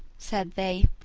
said they,